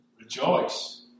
Rejoice